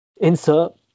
insert